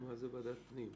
מה זה ועדת פנים?